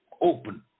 open